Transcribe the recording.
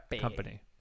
company